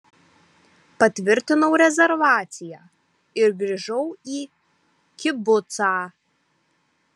patvirtinau rezervaciją ir grįžau į kibucą